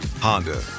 Honda